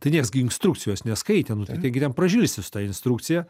tai nieks gi instrukcijos neskaitė nu taigi ten pražilsi su ta instrukcija